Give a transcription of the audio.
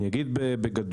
אני אגיד בגדול,